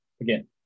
again